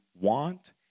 want